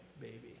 baby